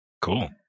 cool